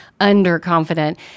underconfident